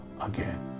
again